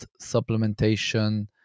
supplementation